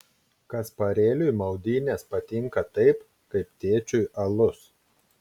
kasparėliui maudynės patinka taip kaip tėčiui alus